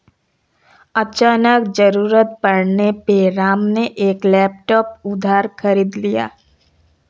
अचानक ज़रूरत पड़ने पे राम ने एक लैपटॉप उधार खरीद लिया